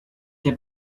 der